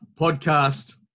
podcast